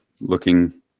looking